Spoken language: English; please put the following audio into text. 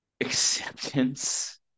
acceptance